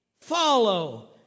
Follow